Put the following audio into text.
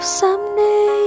someday